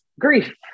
Grief